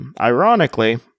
Ironically